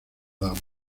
canadá